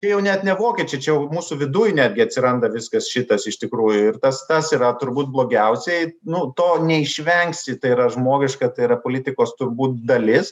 jau net ne vokiečiai čia jau mūsų viduj netgi atsiranda viskas šitas iš tikrųjų ir tas tas yra turbūt blogiausiai nu to neišvengsi tai yra žmogiška tai yra politikos turbūt dalis